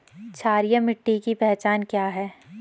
क्षारीय मिट्टी की पहचान क्या है?